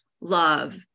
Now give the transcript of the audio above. love